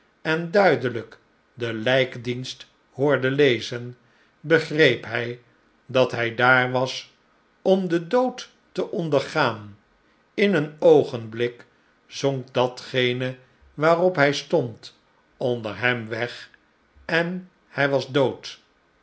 en duidelijk den lijkdienst hoorde lezen begreep hij dat hij daar was om den dood te ondergaan in een oogenblik zonk datgene waarop hij stond onder hem weg en hij was dood